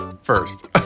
first